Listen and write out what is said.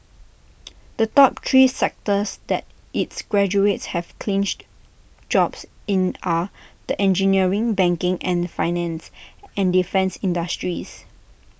the top three sectors that its graduates have clinched jobs in are the engineering banking and finance and defence industries